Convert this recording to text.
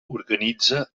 organitza